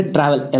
Travel